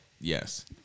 Yes